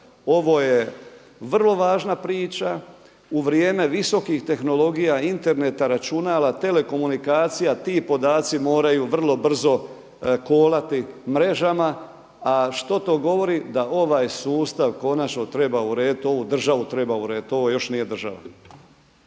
Ovo je vrlo važna priča. U vrijeme visokih tehnologija, interneta, računala, telekomunikacija, a ti podaci moraju vrlo brzo kolati mrežama. A što to govori da ovaj sustav konačno treba urediti, ovu državu treba urediti. Ovo još nije država.